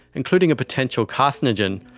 including a potential carcinogen,